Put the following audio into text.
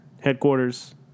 headquarters